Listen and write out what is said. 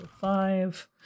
five